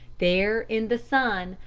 there in the sun,